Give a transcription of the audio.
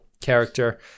character